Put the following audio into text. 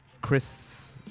Chris